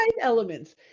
elements